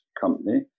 company